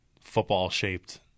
football-shaped